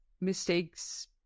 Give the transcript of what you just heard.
mistakes